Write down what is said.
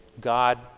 God